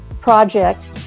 project